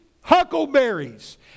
huckleberries